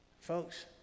folks